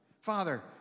Father